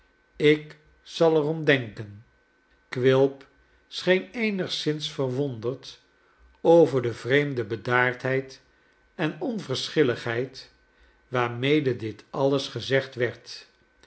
ik zal er om denken quilp scheen eenigszins verwonderd over de vreemde bedaardheid enonverschilligheid waarmede dit alles gezegd werd